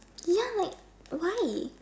ya like why